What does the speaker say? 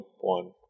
one